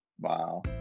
Wow